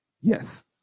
Yes